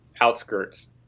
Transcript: outskirts